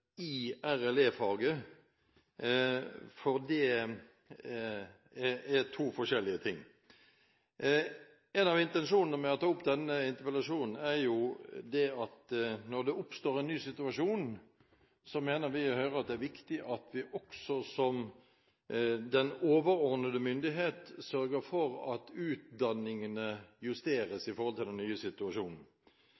i RLE-faget, for det er to forskjellige ting. En av intensjonene med å ta opp denne interpellasjonen er at når det oppstår en ny situasjon, så mener vi i Høyre at det er viktig at vi også, som den overordnede myndighet, sørger for at utdanningene justeres